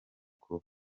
kuba